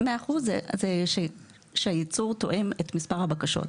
100% זה כשהייצור תואם את מספר הבקשות.